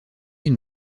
une